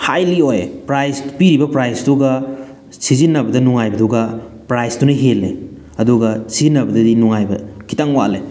ꯍꯥꯏꯂꯤ ꯑꯣꯏꯌꯦ ꯄ꯭ꯔꯥꯏꯖ ꯄꯤꯔꯤꯕ ꯄ꯭ꯔꯥꯏꯖꯇꯨꯒ ꯁꯤꯖꯤꯟꯅꯕꯗ ꯅꯨꯡꯉꯥꯏꯕꯗꯨꯒ ꯄ꯭ꯔꯥꯏꯖꯇꯨꯅ ꯍꯦꯜꯂꯦ ꯑꯗꯨꯒ ꯁꯤꯖꯤꯟꯅꯕꯗꯗꯤ ꯅꯨꯡꯉꯥꯏꯕ ꯈꯤꯇꯪ ꯋꯥꯠꯂꯦ